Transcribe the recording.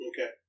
Okay